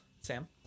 Sam